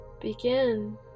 Begin